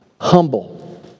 Humble